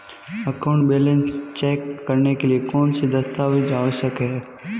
Account balance check करने के लिए कौनसे दस्तावेज़ आवश्यक हैं?